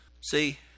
See